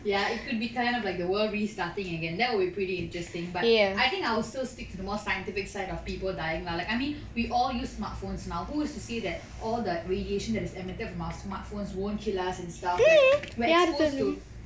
ya it could be kind of like the world restarting again that would be pretty interesting but I think I will still stick to the more scientific side of people dying lah like I mean we all use smartphones now who is to say that all the radiation that is emitted from our smartphones won't kill us and stuff like we are exposed to